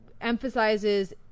emphasizes